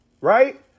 right